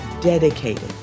dedicated